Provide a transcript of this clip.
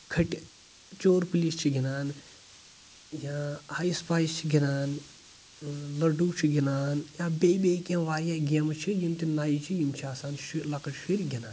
کھٔٹہِ چور پٕلیس چھِ گنٛدان یا آیٕس پایِس چھِ گنٛدان لٔڑو چھِ گنٛدان یا بیٚیہ بیٚیہ کینٛہہ واریاہ گیمہٕ چھِ یِم تہِ نیہِ چھِ یِم چھِ آسان شُرۍ لکٕٹۍ شُرۍ گنٛدان